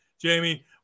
Jamie